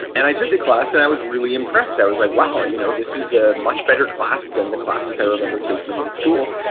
and i took the class and i was really impressed. i was like, wow, you know this is a much better class than the classes i remember taking in school.